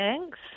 thanks